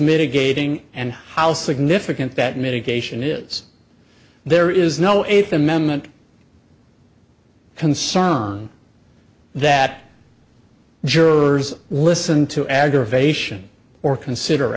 mitigating and how significant that mitigation is there is no eighth amendment concern that jurors listen to aggravation or consider